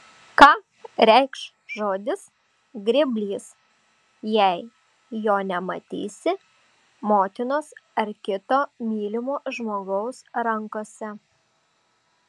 ką reikš žodis grėblys jei jo nematysi motinos ar kito mylimo žmogaus rankose